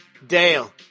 Dale